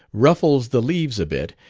ruffles the leaves a bit,